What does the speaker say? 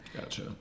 Gotcha